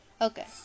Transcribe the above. Okay